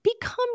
become